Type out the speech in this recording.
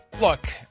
Look